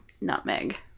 nutmeg